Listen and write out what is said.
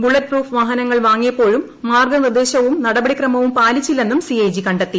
bullet proof വാഹനങ്ങൾ വാങ്ങീയപ്പോഴും മാർഗനിർദ്ദേശവും നടപടിക്രമവും പാലിച്ചില്ലെന്നും സിഎജി കണ്ടെത്തി